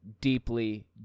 deeply